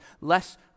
less